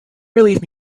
relief